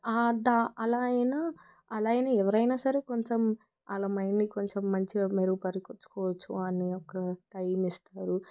అలా అయినా అలా అయినా ఎవరైనా సరే కొంచెం ఆల మైండ్ని కొంచెం మంచిగా మెరుగుపరుచుకోవచ్చు అనే ఒక్క టైం ఇస్తారు